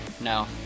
No